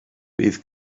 bydd